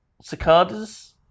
Cicadas